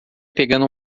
pegando